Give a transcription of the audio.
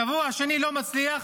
בשבוע השני לא מצליח,